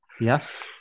Yes